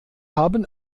haben